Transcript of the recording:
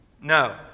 No